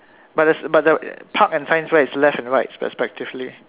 but the but the park and science fair is left and right respectively